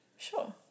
Sure